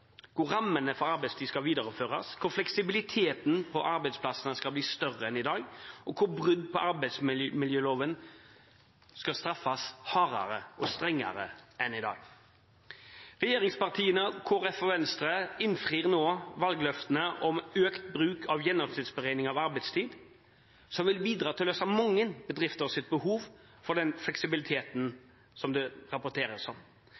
hvor rammene for arbeidstid skal videreføres, hvor fleksibiliteten på arbeidsplassene skal bli større enn i dag, og hvor brudd på arbeidsmiljøloven skal straffes hardere og strengere enn i dag. Regjeringspartiene, Kristelig Folkeparti og Venstre innfrir nå valgløftene om økt bruk av gjennomsnittsberegning av arbeidstid, som vil bidra til å løse mange bedrifters behov for fleksibilitet, som det rapporteres om.